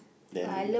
then